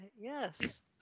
Yes